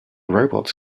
robots